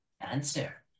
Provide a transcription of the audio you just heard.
Answer